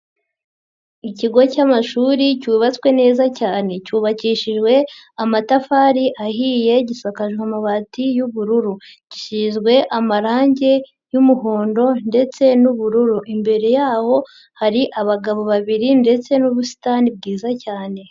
Ikigo cy'amashuri cyubatswe neza cyane. Cyubakishijwe amatafari ahiye, gisakajwe amabati y'ubururu. Gisizwe amarangi y'umuhondo ndetse n'ubururu. Imbere yaho hari abagabo babiri ndetse n'ubusitani bwiza cyane.